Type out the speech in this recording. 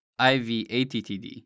IVATTD